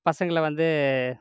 பசங்களை வந்து